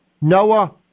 Noah